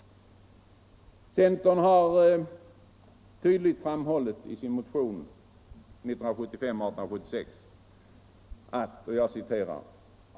Centern har i sin motion 1975:1876 tydligt framhållit följande.